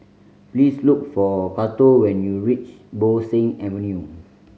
please look for Cato when you reach Bo Seng Avenue